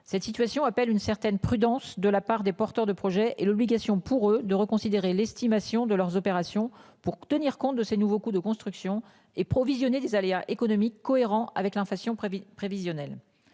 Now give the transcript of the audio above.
Cette situation appelle une certaine prudence de la part des porteurs de projets et l'obligation pour eux de reconsidérer l'estimation de leurs opérations pour tenir compte de ces nouveaux coûts de construction et provisionner des aléas économiques cohérent avec l'inflation prévisionnelle